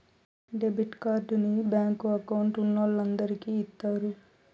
debit కార్డుని bank account ఉన్నోలందరికి ఇత్తారు